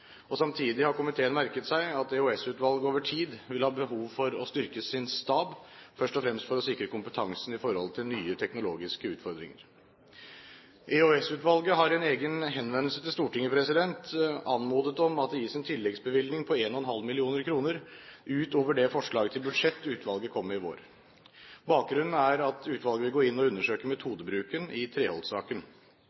og samtidig har komiteen merket seg at EOS-utvalget over tid vil ha behov for å styrke sin stab, først og fremst for å sikre kompetansen i forhold til nye teknologiske utfordringer. EOS-utvalget har i en egen henvendelse til Stortinget anmodet om at det gis en tilleggsbevilgning på 1,5 mill. kr utover det forslaget til budsjett utvalget kom med i vår. Bakgrunnen er at utvalget vil gå inn og undersøke